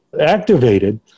activated